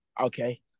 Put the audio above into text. okay